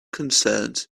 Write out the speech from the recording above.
concerns